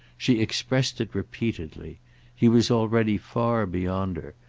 she expressed it repeatedly he was already far beyond her,